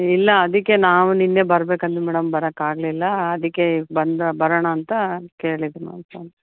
ಇಲ್ಲ ಅದಕ್ಕೆ ನಾವು ನಿನ್ನೆ ಬರ್ಬೇಕು ಅಂದ್ವಿ ಮೇಡಮ್ ಬರೋಕ್ಕೆ ಆಗ್ಲಿಲ್ಲ ಅದಕ್ಕೇ ಬಂದು ಬರೋಣಾಂತ ಕೇಳಿದೆ ಮೇಡಮ್